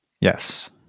Yes